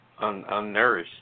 unnourished